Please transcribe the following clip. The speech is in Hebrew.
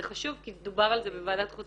זה חשוב כי דובר על זה בוועדת חוץ